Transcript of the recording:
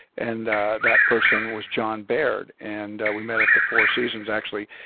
and that person was jon baird, and we met at the four seasons. actually,